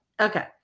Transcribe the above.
okay